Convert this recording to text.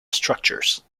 structures